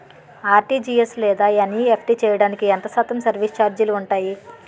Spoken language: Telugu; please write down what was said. ఆర్.టి.జి.ఎస్ లేదా ఎన్.ఈ.ఎఫ్.టి చేయడానికి ఎంత శాతం సర్విస్ ఛార్జీలు ఉంటాయి?